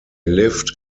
lived